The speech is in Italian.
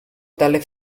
dalle